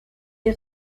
die